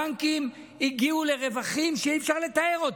הבנקים הגיעו לרווחים שאי-אפשר לתאר.